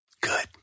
Good